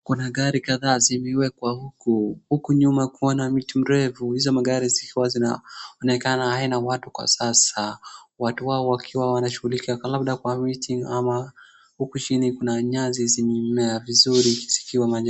Kuna agari kadhaa zimewekwa huku. Huku nyuma kukiwa na miti kirefu. Hizo magari zikiwa zinaonekana haina watu kwa sasa. watu hao wakiwa wanashughulika labda kwa meeting ama huku chini kuna nyasi zimemea vizuri zikiwa.